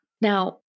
Now